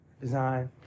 design